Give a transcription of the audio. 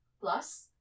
Plus